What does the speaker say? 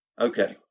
Okay